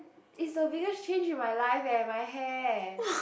is the biggest change in my life eh my hair